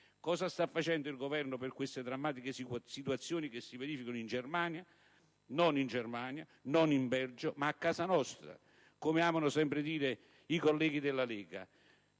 Cosa sta facendo il Governo per queste drammatiche situazioni che si verificano non in Germania, non in Belgio, ma "a casa nostra", come amano sempre dire i colleghi della Lega?